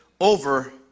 over